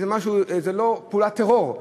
זו לא פעולת טרור,